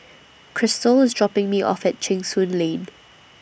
Krystle IS dropping Me off At Cheng Soon Lane